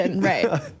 Right